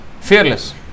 fearless